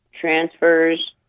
transfers